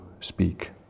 speak